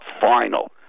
final